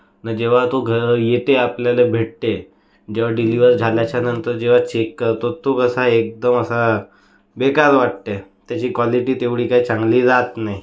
न जेव्हा तो घ येते आपल्याला भेटते जेव्हा डिलिव्हर झाल्याच्या नंतर जेव्हा चेक करतो तो कसा एकदम असा बेकार वाटते त्याची क्वालिटी तेवढी काय चांगली रहात नाही